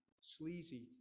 sleazy